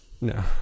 No